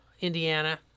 Indiana